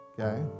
okay